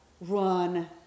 run